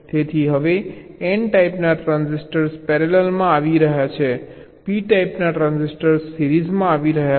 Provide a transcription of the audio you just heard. તેથી હવે n ટાઈપના ટ્રાન્સિસ્ટર પેરેલલમાં આવી રહ્યા છે p ટાઈપના ટ્રાન્સિસ્ટર સિરીઝમાં આવી રહ્યા છે